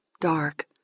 dark